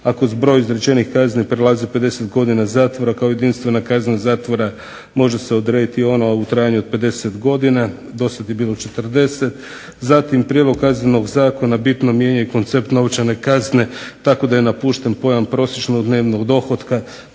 ako zbroj izrečenih kazni prelazi 50 godina zatvora kao jedinstvena kazna zatvora može se odrediti ona u trajanju od 50 godina, do sada je bilo 40, zatim prijedlog kaznenog zakona bitno mijenja i koncept novčane kazne tako da je napušten pojam prosječnog dnevnog dohotka